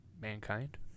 mankind